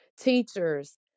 teachers